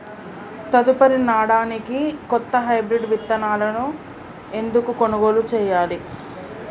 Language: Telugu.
తదుపరి నాడనికి కొత్త హైబ్రిడ్ విత్తనాలను ఎందుకు కొనుగోలు చెయ్యాలి?